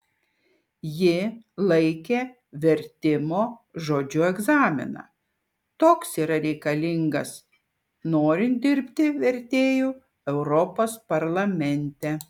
ji laikė vertimo žodžiu egzaminą toks yra reikalingas norint dirbti vertėju europos parlamente